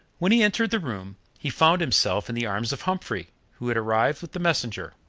when he entered the room, he found himself in the arms of humphrey, who had arrived with the messenger.